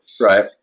Right